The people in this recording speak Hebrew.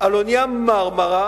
על האונייה "מרמרה",